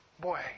Boy